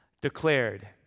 declared